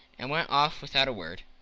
and went off without a word.